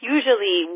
Usually